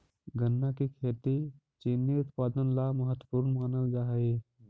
गन्ना की खेती चीनी उत्पादन ला महत्वपूर्ण मानल जा हई